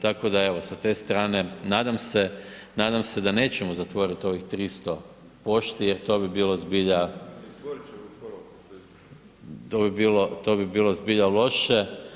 Tako da evo, sa te strane nadam se, nadam se da nećemo zatvorit ovih 300 pošti jer to bi bilo zbilja, to bi bilo zbilja loše.